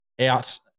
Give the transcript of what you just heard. out